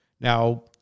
Now